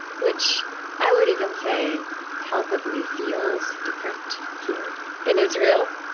which i would even say palpably feels different here in israel